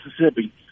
Mississippi